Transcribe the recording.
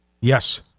Yes